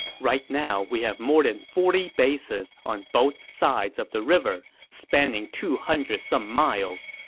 right now we have more than forty bases on both sides of the river, spanning two hundred some miles.